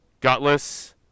Gutless